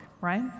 right